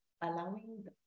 allowing